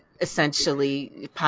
essentially